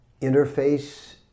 interface